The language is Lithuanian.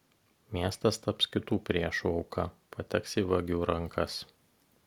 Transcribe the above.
miestas taps kitų priešų auka pateks į vagių rankas